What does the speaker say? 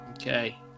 Okay